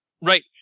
Right